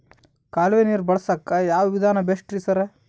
ಕಾಲುವೆ ನೀರು ಬಳಸಕ್ಕ್ ಯಾವ್ ವಿಧಾನ ಬೆಸ್ಟ್ ರಿ ಸರ್?